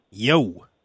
Yo